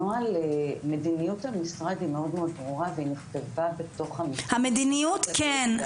מדיניות המשרד היא מאוד ברורה והיא נכתבה בתוך --- המדיניות כן,